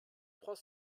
trois